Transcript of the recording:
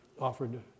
offered